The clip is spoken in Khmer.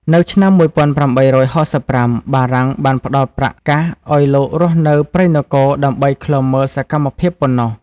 នៅឆ្នាំ ១៨៦៥ បារាំងបានផ្ដល់ប្រាក់កាសឱ្យលោករស់នៅព្រៃនគរដើម្បីឃ្លាំមើលសកម្មភាពប៉ុណ្ណោះ។